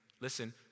listen